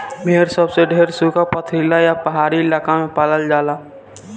भेड़ सबसे ढेर सुखा, पथरीला आ पहाड़ी इलाका में पालल जाला